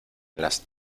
las